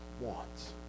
wants